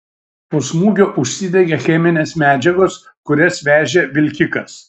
po smūgio užsidegė cheminės medžiagos kurias vežė vilkikas